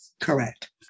Correct